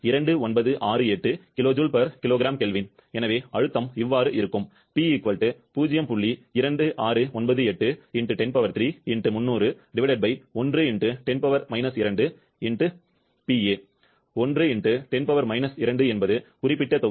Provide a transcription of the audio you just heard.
2968 kJkgK எனவே அழுத்தம் இருக்கும் 1 ×10 2 என்பது குறிப்பிட்ட தொகுதி